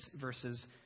verses